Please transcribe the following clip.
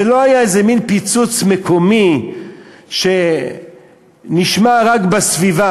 זה לא היה איזה מין פיצוץ מקומי שנשמע רק בסביבה.